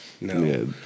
No